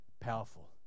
powerful